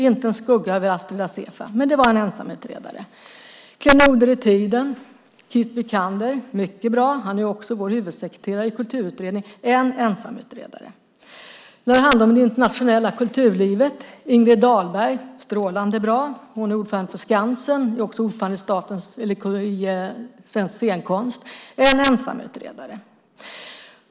Ingen skugga över Astrid Assefa, men det var en ensamutredare. Vi har Klenoder i tiden med Keith Wijkander som är strålande bra - han är också vår huvudsekreterare i kulturutredningen. Det var en ensamutredare. När det handlar om det internationella kulturlivet var det Ingrid Dahlberg. Hon är strålande bra. Hon är ordförande för Skansen och för Svensk scenkonst. Det var en ensamutredare.